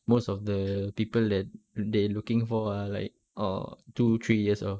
most of the people that they're looking for are like oh two three years of